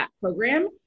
program